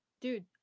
Dude